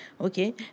Okay